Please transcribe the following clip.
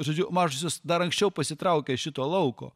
žodžiu mažosios dar anksčiau pasitraukė iš šito lauko